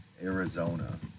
Arizona